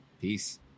Peace